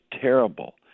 terrible